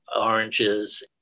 oranges